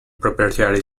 proprietary